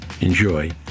enjoy